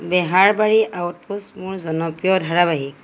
Beharbari outpost মোৰ জনপ্ৰিয় ধাৰাবাহিক